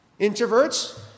introverts